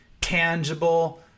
tangible